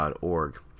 org